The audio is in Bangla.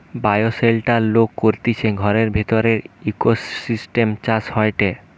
বায়োশেল্টার লোক করতিছে ঘরের ভিতরের ইকোসিস্টেম চাষ হয়টে